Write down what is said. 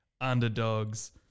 underdogs